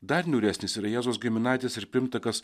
dar niūresnis yra jėzaus giminaitis ir pirmtakas